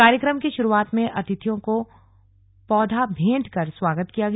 कार्यक्रम की शुरुआत में अतिथियों को पौधा भेंट कर स्वागत किया गया